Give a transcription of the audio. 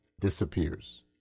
disappears